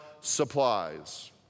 supplies